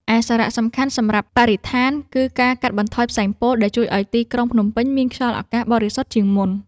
ឯសារៈសំខាន់សម្រាប់បរិស្ថាន គឺការកាត់បន្ថយផ្សែងពុល ដែលជួយឱ្យទីក្រុងភ្នំពេញមានខ្យល់អាកាសបរិសុទ្ធជាងមុន។